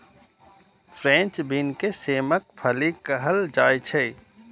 French bean के सेमक फली कहल जाइ छै